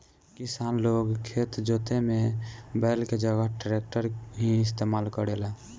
किसान लोग खेत जोते में बैल के जगह ट्रैक्टर ही इस्तेमाल करेला